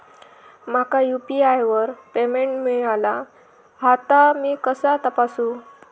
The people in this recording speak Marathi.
माका यू.पी.आय वर पेमेंट मिळाला हा ता मी कसा तपासू?